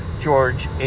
George